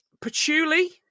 patchouli